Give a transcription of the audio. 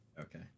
Okay